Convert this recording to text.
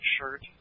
shirt